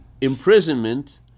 imprisonment